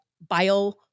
bio